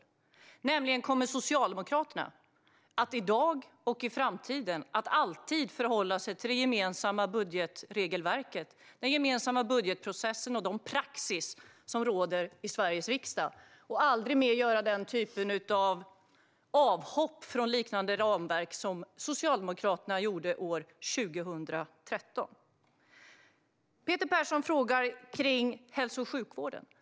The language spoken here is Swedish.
Bland annat gäller det frågan om Socialdemokraterna i dag och i framtiden alltid kommer att förhålla sig till det gemensamma budgetregelverket, den gemensamma budgetprocessen och den praxis som råder i Sveriges riksdag och aldrig mer göra den typen av avhopp från liknande ramverk som Socialdemokraterna gjorde år 2013. Peter Persson frågar om hälso och sjukvården.